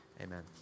Amen